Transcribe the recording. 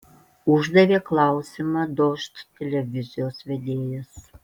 uždavė klausimą dožd televizijos vedėjas